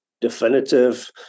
definitive